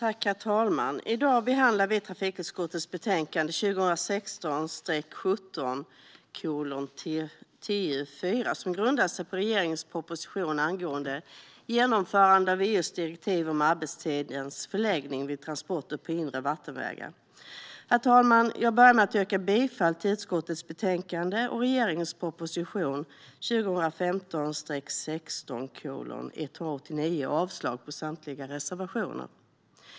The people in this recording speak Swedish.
Herr talman! Vi behandlar nu trafikutskottets betänkande 2016 16:189 samt avslag på samtliga reservationer.